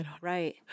Right